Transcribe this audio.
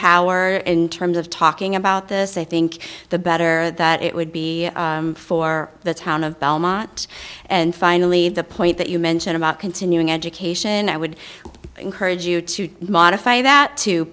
brainpower in terms of talking about this i think the better that it would be for the town of belmont and finally the point that you mentioned about continuing education i would encourage you to modify that to